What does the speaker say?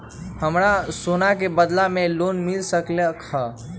हमरा सोना के बदला में लोन मिल सकलक ह?